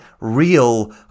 real